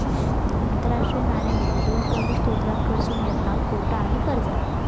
आंतरराष्ट्रीय नाणेनिधी दोन प्रमुख स्त्रोतांकडसून येता कोटा आणि कर्जा